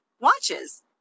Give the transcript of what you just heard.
watches